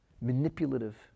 manipulative